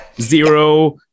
Zero